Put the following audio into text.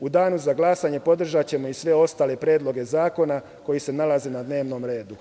U danu za glasanje podržaćemo i sve ostale predloge zakona koji se nalaze na dnevnom redu.